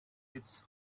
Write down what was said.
its